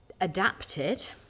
adapted